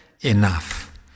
enough